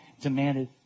demanded